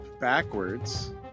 backwards